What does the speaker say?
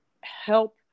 help